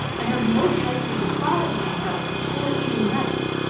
and have most likely defiled myself before eating rice.